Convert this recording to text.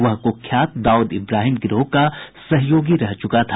वह कुख्यात दाऊद इब्राहिम गिरोह का सहयोगी रह चुका था